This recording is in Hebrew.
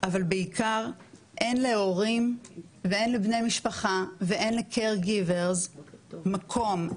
אבל בעיקר אין להורים ואין לבני משפחה ואין ל-caregivers מקום.